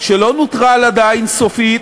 שלא נוטרל עדיין סופית,